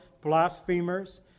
blasphemers